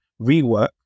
rework